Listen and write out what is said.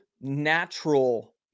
natural